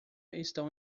estão